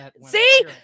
see